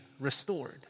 restored